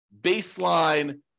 baseline